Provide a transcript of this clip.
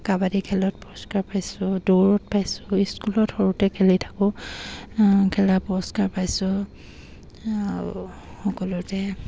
কাবাডী খেলত পুৰস্কাৰ পাইছোঁ দৌৰত পাইছোঁ স্কুলত সৰুতে খেলি থাকোঁ খেলা পুৰস্কাৰ পাইছোঁ সকলোতে